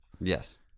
Yes